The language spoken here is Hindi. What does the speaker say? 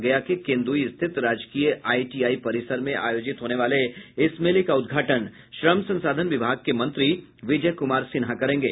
गया के केन्द्ई स्थित राजकीय आई टीआई परिसर में आयोजित होने वाले इस मेले का उद्घाटन श्रम संसाधन विभाग के मंत्री विजय कुमार सिन्हा करेंगे